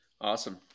Awesome